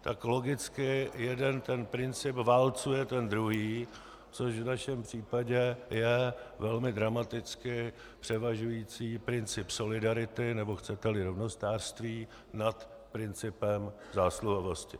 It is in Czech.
Tak logicky jeden ten princip válcuje ten druhý, což v našem případě je velmi dramaticky převažující princip solidarity, nebo chceteli rovnostářství, nad principem zásluhovosti.